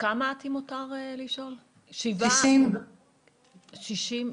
צהריים טובים,